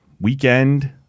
weekend